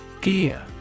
Gear